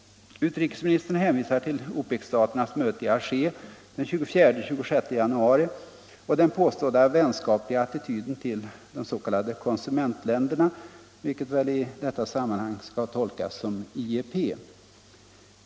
Utrikesministern hänvisar till OPEC-staternas möte i Alger den 24-26 januari och den påstådda vänskapliga attityden till ”konsumentländerna”, vilket väl i detta sammanhang skall tolkas som IEP-länderna.